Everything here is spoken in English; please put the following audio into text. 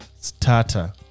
starter